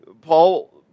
Paul